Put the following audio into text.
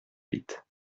huit